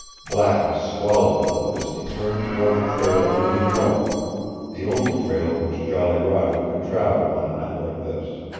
blackness swallowed them as they turned toward the trail leading north the only trail which jolly roger could travel on a night like this.